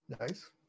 Nice